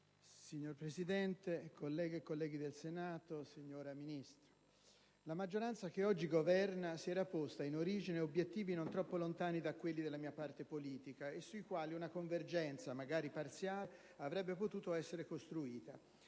Signor Presidente, colleghe e colleghi del Senato, signora Ministro, la maggioranza che oggi governa si era posta in origine obiettivi non troppo lontani da quelli della mia parte politica e sui quali una convergenza, magari parziale, avrebbe potuto essere costruita.